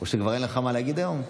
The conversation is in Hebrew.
כבר אין לך מה להגיד היום?